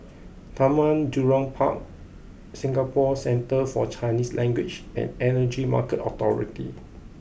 Taman Jurong Park Singapore Centre for Chinese language and Energy Market Authority